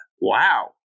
Wow